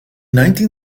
nineteen